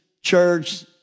church